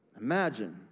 Imagine